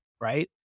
Right